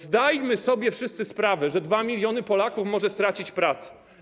Zdajmy sobie wszyscy sprawę, że 2 mln Polaków może stracić pracę.